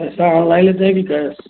पैसा ऑनलाइन में दें कि कैस